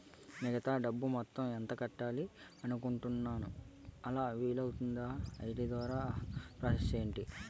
మిగతా డబ్బు మొత్తం ఎంత కట్టాలి అనుకుంటున్నాను అలా వీలు అవ్తుంధా? ఐటీ దాని ప్రాసెస్ ఎంటి?